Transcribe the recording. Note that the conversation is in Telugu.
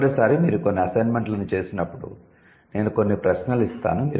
తదుపరిసారి మీరు కొన్ని అసైన్మెంట్ లను చేసినప్పుడు నేను కొన్ని ప్రశ్నలు ఇస్తాను